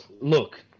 look